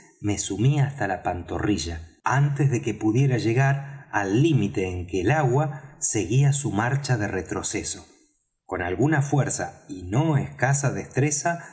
me sumí hasta la pantorrilla antes de que pudiera llegar al límite en que el agua seguía su marcha de retroceso con alguna fuerza y no escasa destreza